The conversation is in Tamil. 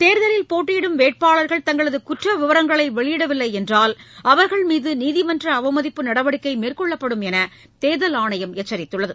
தேர்தலில் போட்டியிடும் வேட்பாளர்கள் தங்களது குற்ற விவரங்களை வெளியிடவில்லை என்றால் அவர்கள்மீது நீதிமன்ற அவமதிப்பு நடவடிக்கை மேற்கொள்ளப்படும் என்று தேர்தல் ஆணையம் எச்சரித்துள்ளது